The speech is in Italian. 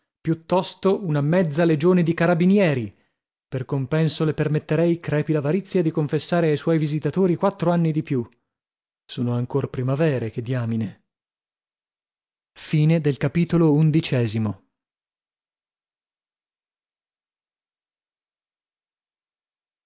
piuttosto una mezza legione di carabinieri per compenso le permetterei crepi l'avarizia di confessare ai suoi visitatori quattro anni di più sono ancor primavere che diamine e